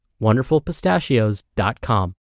wonderfulpistachios.com